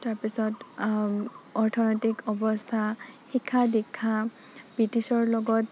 তাৰপাছত অৰ্থনৈতিক অৱস্থা শিক্ষা দীক্ষা ব্ৰিটিছৰ লগত